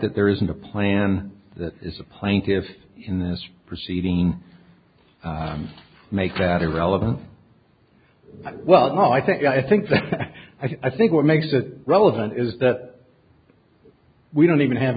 that there isn't a plan that is the plaintiffs in this proceeding make that irrelevant well no i think i think i think what makes it relevant is that we don't even have